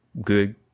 good